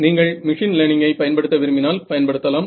நீங்கள் மிஷின் லேர்னிங்கை பயன்படுத்த விரும்பினால் பயன்படுத்தலாம்